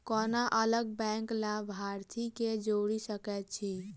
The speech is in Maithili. कोना अलग बैंकक लाभार्थी केँ जोड़ी सकैत छी?